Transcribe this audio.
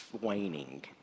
waning